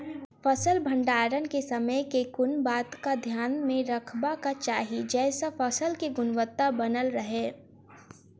फसल भण्डारण केँ समय केँ कुन बात कऽ ध्यान मे रखबाक चाहि जयसँ फसल केँ गुणवता बनल रहै?